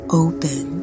open